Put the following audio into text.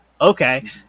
okay